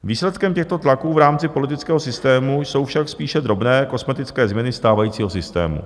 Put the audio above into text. Výsledkem těchto tlaků v rámci politického systému jsou však spíše drobné kosmetické změny stávajícího systému.